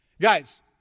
Guys